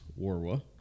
Warwa